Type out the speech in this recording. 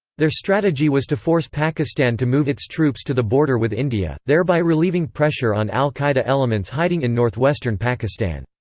their strategy was to force pakistan to move its troops to the border with india, thereby relieving pressure on al-qaeda elements hiding in northwestern pakistan.